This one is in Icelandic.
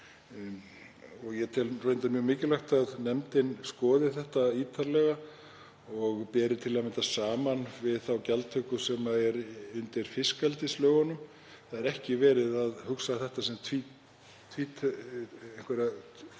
Ég tel reyndar mjög mikilvægt að nefndin skoði þetta ítarlega og beri til að mynda saman við þá gjaldtöku sem er undir fiskeldislögunum. Það er ekki verið að hugsa þetta sem einhverja